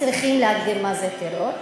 צריכים להגדיר מה זה טרור.